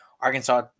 Arkansas